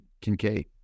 Kincaid